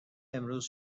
امروز